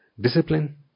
discipline